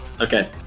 Okay